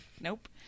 Nope